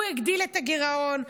הוא הגדיל את הגירעון,